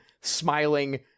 smiling